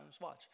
watch